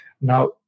Now